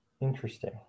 Interesting